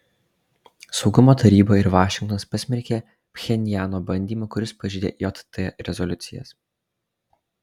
saugumo taryba ir vašingtonas pasmerkė pchenjano bandymą kuris pažeidė jt rezoliucijas